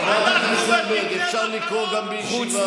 חברת הכנסת זנדברג, אפשר לקרוא גם בישיבה.